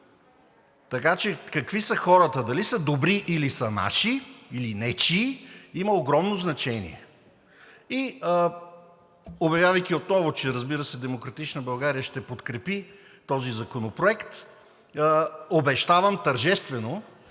Така че какви са хората – дали са добри, или са наши, или нечии, има огромно значение. И уверявайки отново, че разбира се, „Демократична България“ ще подкрепи този законопроект, обещавам тържествено